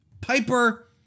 Piper